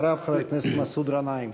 אחריו, חבר הכנסת מסעוד גנאים.